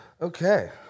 okay